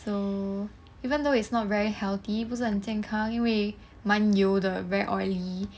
so even though it's not very healthy 不是很健康因为蛮油的 very oily